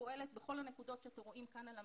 ופועלת בכל הנקודות שאתם רואים כאן על המסך.